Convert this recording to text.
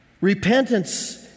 Repentance